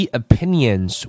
opinions